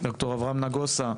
ד"ר אברהם נגוסה,